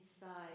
inside